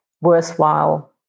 worthwhile